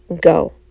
go